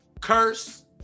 curse